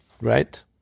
right